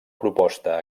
proposta